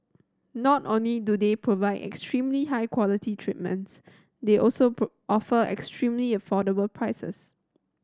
not only do they provide extremely high quality treatments they also offer extremely affordable prices